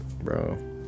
bro